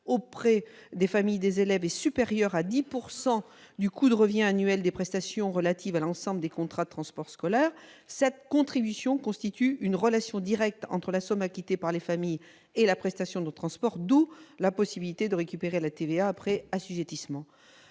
auprès des familles des élèves est supérieure à 10 % du coût de revient annuel des prestations relatives à l'ensemble des contrats de transport scolaire, cette contribution constitue « une relation directe entre la somme acquittée par les familles et la prestation de transport », d'où la possibilité de récupérer la TVA après assujettissement.